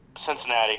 Cincinnati